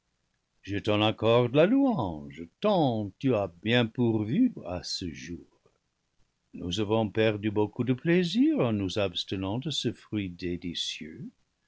je t'en accorde la louange tant tu as bien pourvu à ce jour nous avons perdu beaucoup de plaisir en nous abstenant de ce fruit délicieux